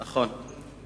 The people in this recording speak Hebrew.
נכון.